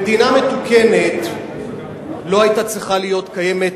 במדינה מתוקנת לא היתה צריכה להיות קיימת